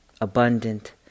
abundant